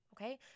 okay